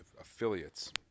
affiliates